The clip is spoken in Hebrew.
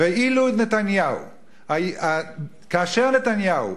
ואילו נתניהו,